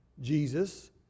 Jesus